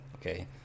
Okay